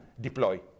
deploy